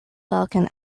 balkan